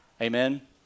Amen